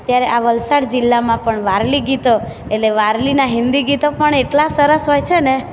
અત્યારે આ વલસાડ જિલ્લામાં પણ વારલી ગીતો એટલે વારલીનાં હિન્દી ગીતો પણ એટલાં સરસ હોય છે ને